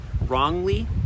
wrongly